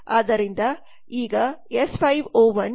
ಆದ್ದರಿಂದ ಈಗ S 5 O 1